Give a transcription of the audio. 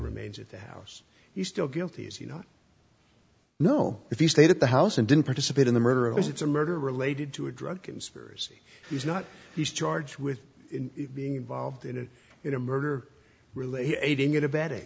remains at that house he's still guilty as you know no if you stayed at the house and didn't participate in the murder of his it's a murder related to a drug conspiracy he's not he's charged with being involved in a in a murder related aiding and abetting